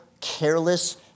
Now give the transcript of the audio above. careless